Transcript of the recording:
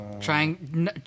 trying